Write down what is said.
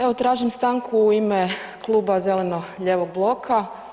Evo tražim stanku u ime kluba zeleno-lijevog bloka.